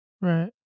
Right